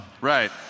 right